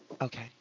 Okay